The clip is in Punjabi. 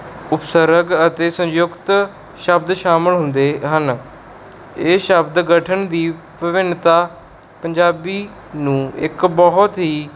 ਉਪਸਾਰਕ ਅਤੇ ਸੰਯੁਕਤ ਸ਼ਬਦ ਸ਼ਾਮਿਲ ਹੁੰਦੇ ਹਨ ਇਹ ਸ਼ਬਦ ਗਠਨ ਦੀ ਭਿੰਨਤਾ ਪੰਜਾਬੀ ਨੂੰ ਇੱਕ ਬਹੁਤ ਹੀ